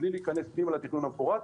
בלי להיכנס פנימה לתכנון המפורט,